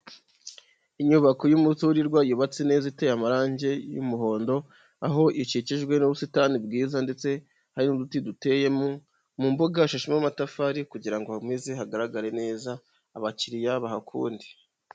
Inyubako y'umuturirwa yubatse neza iteye amarange y'umuhondo, aho ikikijwe n'ubusitani bwiza ndetse hari uduti duteyemo, mu mbuga hashashemo amatafari kugira ngo hakomeze hagaragare neza abakiriya bahakunde.